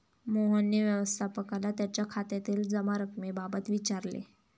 मोहनने व्यवस्थापकाला त्याच्या खात्यातील जमा रक्कमेबाबत विचारले